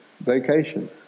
vacation